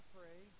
pray